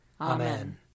Amen